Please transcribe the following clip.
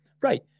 Right